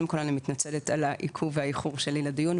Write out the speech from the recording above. אני מתנצלת על העיכוב והאיחור שלי לדיון,